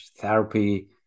therapy